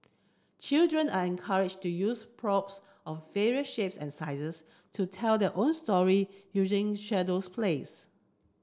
children are encouraged to use props of various shapes and sizes to tell their own story using shadows plays